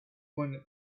won